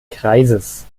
kreises